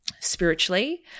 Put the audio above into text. spiritually